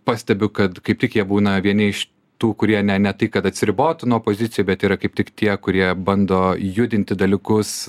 pastebiu kad kaip tik jie būna vieni iš tų kurie ne ne tai kad atsiribotų nuo pozicijų bet yra kaip tik tie kurie bando judinti dalykus